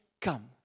come